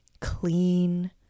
clean